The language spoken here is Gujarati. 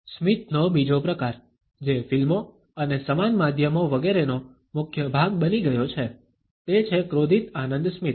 સ્મિતનો બીજો પ્રકાર જે ફિલ્મો અને સમાન માધ્યમો વગેરેનો મુખ્ય ભાગ બની ગયો છે તે છે ક્રોધિત આનંદ સ્મિત